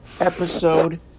Episode